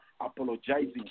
apologizing